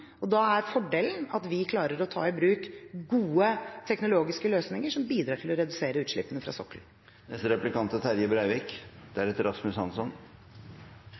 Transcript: og da er fordelen at vi klarer å ta i bruk gode teknologiske løsninger som bidrar til å redusere utslippene fra sokkelen.